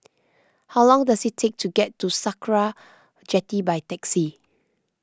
how long does it take to get to Sakra Jetty by taxi